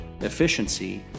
efficiency